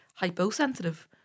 hyposensitive